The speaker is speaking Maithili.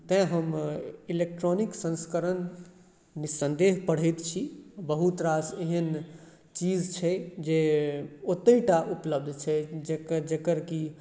तैँ हम इलेक्ट्रॉनिक सन्स्करण निःसन्देह पढ़ैत छी बहुत रास एहन चीज छै जे ओतै टा उपलब्ध छै जेकर कि